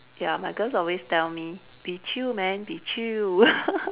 ya my girls always tell me be chill man be chill